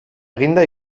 eginda